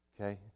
Okay